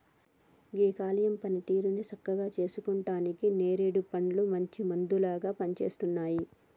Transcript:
గీ కాలేయం పనితీరుని సక్కగా సేసుకుంటానికి నేరేడు పండ్లు మంచి మందులాగా పనిసేస్తున్నాయి